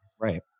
Right